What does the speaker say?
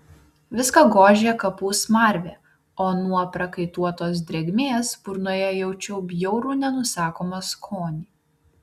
viską gožė kapų smarvė o nuo prakaituotos drėgmės burnoje jaučiau bjaurų nenusakomą skonį